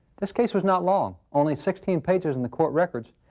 this case was not long, only sixteen pages in the court records,